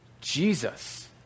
Jesus